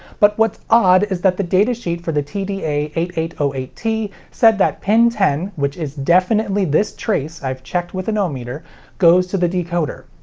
but what's odd is that the datasheet for the t d a eight eight zero um eight t said that pin ten, which is definitely this trace, i've checked with an ohmmeter, goes to the decoder.